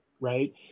right